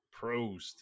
Prost